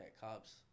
cops